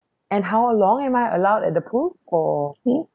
and how long am I allowed at the pool for